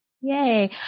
Yay